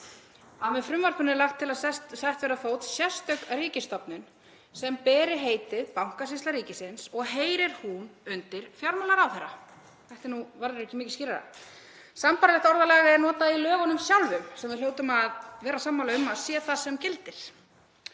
„Með frumvarpinu er lagt til að sett verði á fót sérstök ríkisstofnun sem beri heitið Bankasýsla ríkisins og heyrir hún undir fjármálaráðherra.“ Þetta verður ekki mikið skýrara. Sambærilegt orðalag er notað í lögunum sjálfum sem við hljótum að vera sammála um að sé það sem gildir.